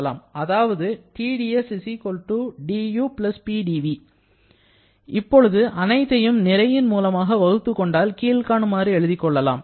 அதாவது TdS dU PdV இப்பொழுது அனைத்தையும் நிறையின் மூலமாக வகுத்துக் கொண்டால் கீழ்காணுமாறு எழுதிக் கொள்ளலாம்